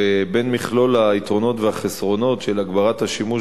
בין מכלול היתרונות והחסרונות של הגברת השימוש